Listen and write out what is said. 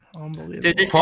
Unbelievable